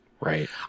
Right